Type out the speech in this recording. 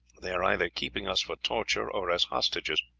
they are either keeping us for torture or as hostages.